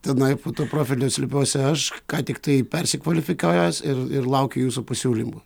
tenai po tuo profiliu slepiuosi aš ką tiktai persikvalifikavęs ir ir laukiu jūsų pasiūlymų